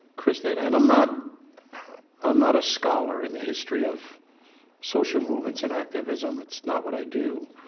krista and i'm not um not a scholar in the history of social movements and activism. it's not what i do.